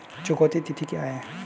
चुकौती तिथि क्या है?